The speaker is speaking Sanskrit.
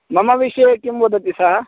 मम विषये किं वदति सः